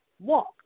Walk